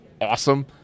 awesome